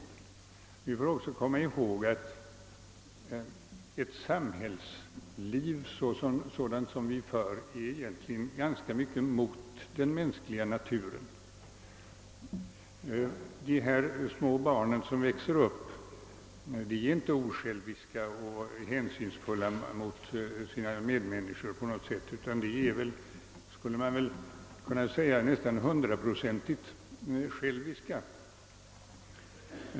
Vi bör också komma ihåg att ett sådant samhällsliv som vi för egentligen är ganska mycket mot den mänskliga naturen. De små barnen som växer upp är inte på något sätt osjälviska och hänsynsfulla mot sina medmänniskor utan, skulle man väl kunna säga, nästan hundraprocentigt själviska.